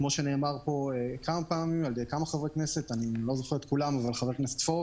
כמו שנאמר פה על-ידי כמה חברי כנסת חברי הכנסת פורר,